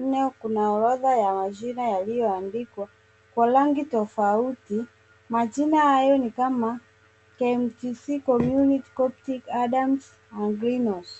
nne kuna orodha wa majina wa ilioandikwa kwa rangi tafauti. Majina hayoni kama, KMTC, Community, Coptic, Adams na Greenhouse.